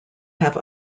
have